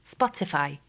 Spotify